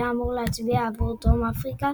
היה אמור להצביע עבור דרום אפריקה,